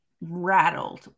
rattled